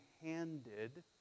handed